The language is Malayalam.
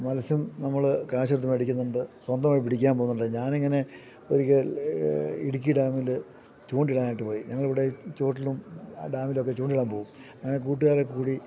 മത്സ്യം നമ്മള് കാശു കൊടുത്തു മേടിക്കുന്നുണ്ട് സ്വന്തമായി പിടിക്കാൻ പോകുന്നുണ്ട് ഞാനിങ്ങനെ ഒരിക്കല് ഇടുക്കി ഡാമില് ചൂണ്ടയിടാനായിട്ടു പോയി ഞങ്ങളിവിടെ ചുവട്ടിലും ആ ഡാമിലൊക്കെ ചൂണ്ടയിടാൻ പോകും അങ്ങനെ കൂട്ടുകാരൊക്കെ കൂടി